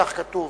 כך כתוב,